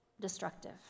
destructive